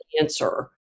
answer